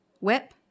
whip